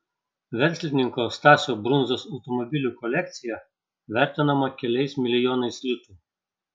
verslininko stasio brundzos automobilių kolekcija vertinama keliais milijonais litų